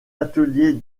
ateliers